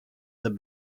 their